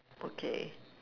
okay